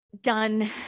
done